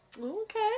okay